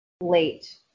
late